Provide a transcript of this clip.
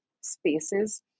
spaces